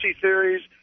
theories